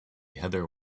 heather